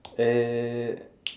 eh